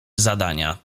zadania